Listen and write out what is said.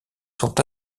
sont